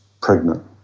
pregnant